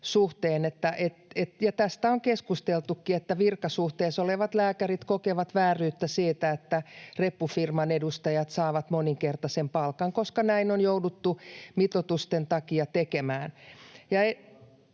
suhteen. Ja tästä on keskusteltukin, että virkasuhteessa olevat lääkärit kokevat vääryyttä siitä, että reppufirman edustajat saavat moninkertaisen palkan — koska näin on jouduttu mitoitusten takia tekemään.